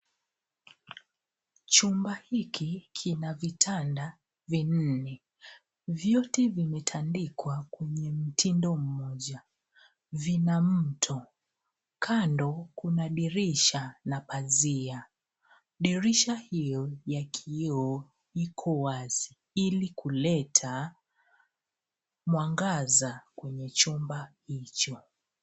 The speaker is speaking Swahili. Chumba hiki kina vitanda vinne. Vyote vimetandikwa kwenye mtindo mmoja vina mto. Kando kuna dirisha na pazia. Dirisha hiyo ya kioo iko wazi ili kuleta mwangaza kwenye chumba hicho.